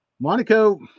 Monaco